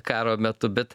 karo metu bet